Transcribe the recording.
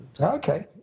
Okay